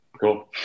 cool